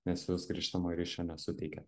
nes jūs grįžtamojo ryšio nesuteikėt